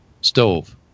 stove